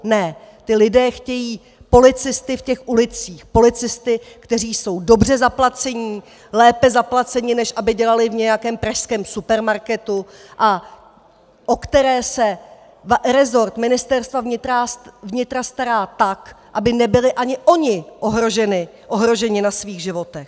Ne, ti lidé chtějí policisty v ulicích, policisty, kteří jsou dobře zaplaceni, lépe zaplaceni, než aby dělali v nějakém pražském supermarketu, a o které se rezort Ministerstva vnitra stará tak, aby nebyli ani oni ohroženi na svých životech!